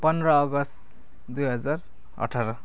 पन्ध्र अगस्त दुई हजार अठार